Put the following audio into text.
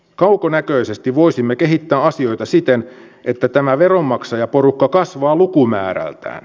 kaukonäköisesti voisimme kehittää asioita siten että tämä veronmaksajaporukka kasvaa lukumäärältään